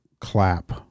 clap